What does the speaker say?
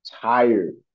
tired